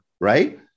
right